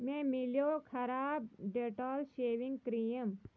مےٚ مِلٮ۪و خراب ڈٮ۪ٹال شیوِنٛگ کریٖم